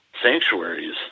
sanctuaries